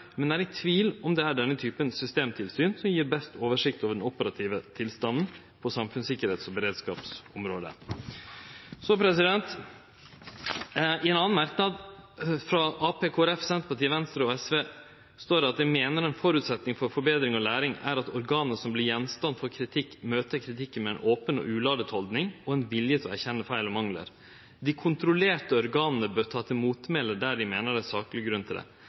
men er i tvil om det er denne typen systemtilsyn som gir best oversikt over den operative tilstanden på samfunnssikkerhets- og beredskapsområdet.» I ein annan merknad frå Arbeidarpartiet, Kristeleg Folkeparti, Senterpartiet, Venstre og SV står det at «en forutsetning for forbedring og læring er at organer som blir gjenstand for kritikk møter kritikken med en åpen og uladet holdning, og en vilje til å erkjenne feil og mangler. De kontrollerte organene bør ta til motmæle der de mener det er saklig grunn til det.